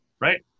right